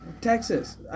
Texas